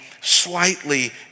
slightly